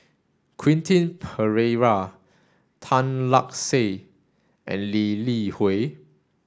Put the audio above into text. Quentin Pereira Tan Lark Sye and Lee Li Hui